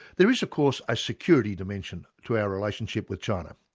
there is of course a security dimension to our relationship with china.